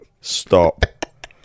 stop